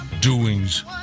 doings